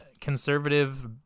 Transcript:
conservative